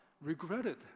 regretted